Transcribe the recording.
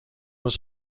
was